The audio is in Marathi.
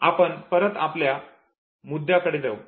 आपण परत आपल्या पहिल्या मुद्द्याकडे जाऊ